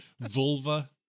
Vulva